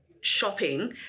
shopping